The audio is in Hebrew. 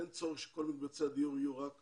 אין צורך שכל מקבצי הדיור יהיו רק